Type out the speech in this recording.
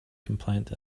complaint